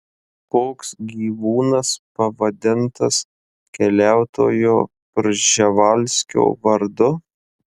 koks gyvūnas pavadintas keliautojo prževalskio vardu